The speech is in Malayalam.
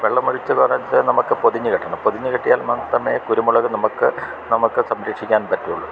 വെള്ളം ഒഴിച്ച് നനച്ച് നമുക്ക് പൊതിഞ്ഞ് കെട്ടണം പൊതിഞ്ഞ് കെട്ടിയാൽ മാത്രമേ കുരുമുളക് നമുക്ക് നമുക്ക് സംരക്ഷിക്കാൻ പറ്റുള്ളു